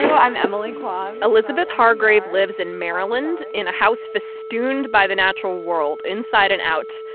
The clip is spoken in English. i'm emily kwong elizabeth hargrave lives in maryland in a house festooned by the natural world inside and out.